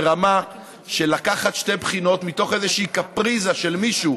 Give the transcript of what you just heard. ברמה של לקחת שתי בחינות מתוך איזושהי קפריזה של מישהו